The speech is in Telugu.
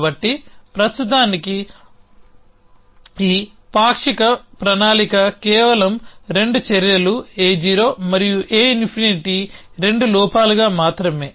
కాబట్టి ప్రస్తుతానికి ఈ పాక్షిక ప్రణాళిక కేవలం రెండు చర్యలు A0 మరియు A∞ రెండు లోపాలుగా మాత్రమే